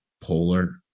polar